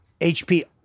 HP